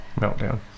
Meltdown